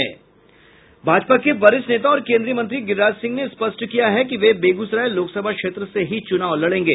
भाजपा के वरिष्ठ नेता और केन्द्रीय मंत्री गिरिराज सिंह ने स्पष्ट किया है कि वे बेगूसराय लोकसभा क्षेत्र से ही चुनाव लड़ेंगे